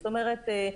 זאת אומרת,